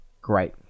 great